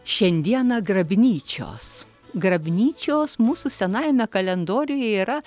šiandieną grabnyčios grabnyčios mūsų senajame kalendoriuje yra